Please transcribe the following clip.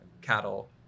cattle